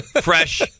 fresh